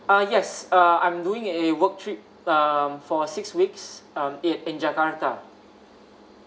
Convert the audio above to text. uh yes uh I'm doing a work trip um for six weeks um in~ in jakarta